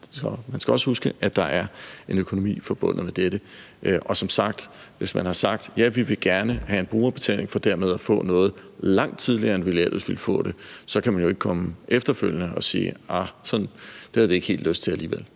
Man skal også huske, at der er en økonomi forbundet med dette. Og hvis man som sagt har sagt, at man gerne vil have en brugerbetaling for dermed at få noget langt tidligere, end man ellers ville få det, kan man jo ikke komme efterfølgende og sige: Det har vi alligevel ikke helt lyst til. Tingene